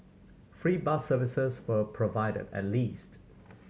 free bus services were provided at least